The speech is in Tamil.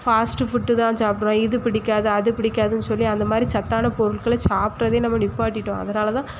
ஃபாஸ்ட்டு ஃபுட்டு தான் சாப்புடுறோம் இது பிடிக்காது அது பிடிக்காதுன்னு சொல்லி அந்தமாதிரி சத்தான பொருள்களை சாப்பிட்றதே நம்ம நிப்பாட்டிட்டோம் அதனால் தான்